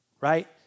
right